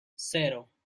cero